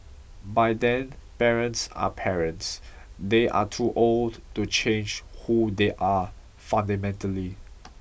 by then parents are parents they are too old to change who they are fundamentally